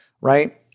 Right